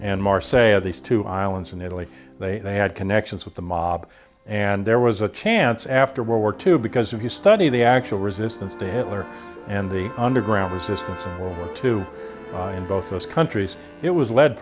of these two islands in italy they had connections with the mob and there was a chance after world war two because if you study the actual resistance to hitler and the underground resistance to in both those countries it was led